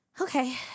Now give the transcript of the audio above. Okay